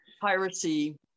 piracy